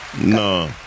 no